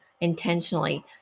intentionally